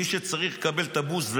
מי שצריך לקבל את הבוסט,